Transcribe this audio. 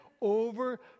over